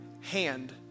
hand